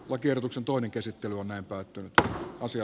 lakiehdotuksen toinen käsittely on helpottunutta osia